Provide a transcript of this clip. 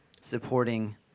supporting